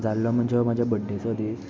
जाल्लो म्हणजे हो म्हाज्या बड्डेचो दीस